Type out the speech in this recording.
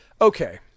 Okay